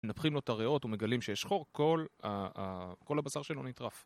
מנפחים לו את הריאות ומגלים ששחור, כל ה.. ה.. כל הבשר שלו נטרף.